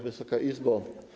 Wysoka Izbo!